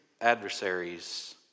adversaries